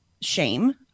shame